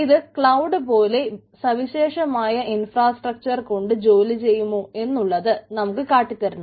ഇത് ക്ലൌഡ്നെ പോലെ സവിശേഷമായ ഇൻഫ്രാസ്ട്രക്ചർ കൊണ്ട് ജോലി ചെയ്യുമോ എന്നുള്ളത് നമുക്ക് കാട്ടിതരുന്നു